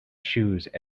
shoes